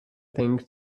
think